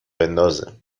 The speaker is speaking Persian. بندازه